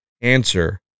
answer